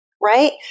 right